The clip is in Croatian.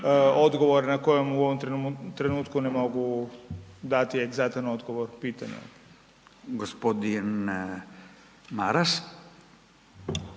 odgovora na kojem u ovom trenutku ne mogu dati egzaktan odgovor, pitanja. **Radin, Furio